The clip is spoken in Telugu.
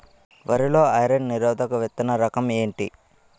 వరి లో ఐరన్ నిరోధక విత్తన రకం ఏంటి?